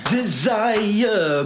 desire